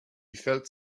felt